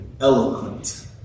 eloquent